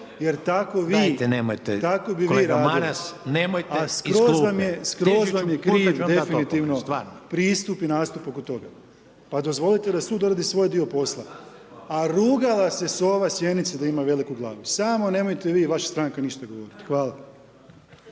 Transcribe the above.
ne razumije./… Skroz vam je kriv definitivno pristup i nastup oko toga. Pa dozvolite da sud odradi svoj dio posla. A rugala se sova sjenici da ima veliku glavu, samo nemojte vi i vaša stranka ništa govoriti. Hvala.